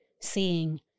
seeing